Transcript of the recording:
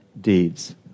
deeds